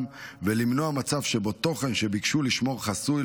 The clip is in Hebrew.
ולמנוע מצב שבו תוכן שהמשתמשים ביקשו לשמור חסוי,